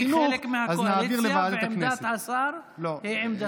אני חלק מהקואליציה ועמדת השר היא עמדתי.